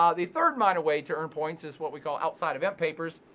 um the third minor way to earn points is what we call outside event papers,